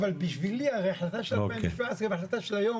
אבל בשבילי ההחלטה של 2017 וההחלטה של היום